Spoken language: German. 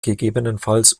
gegebenenfalls